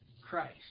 Christ